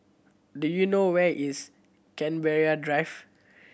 do you know where is Canberra Drive